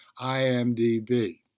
IMDb